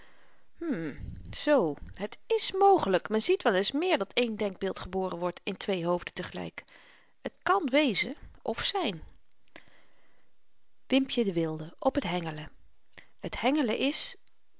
hm zoo het is mogelyk men ziet wel eens meer dat één denkbeeld geboren wordt in twee hoofden tegelyk het kan wezen of zyn wimpje de wilde op het hengelen het heng'len is